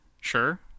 sure